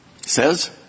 says